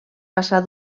passar